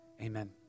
Amen